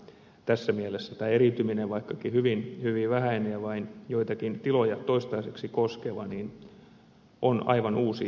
tässä mielessä tämä eriytyminen vaikkakin hyvin vähäinen ja vain joitakin tiloja toistaiseksi koskeva on aivan uusi käytäntö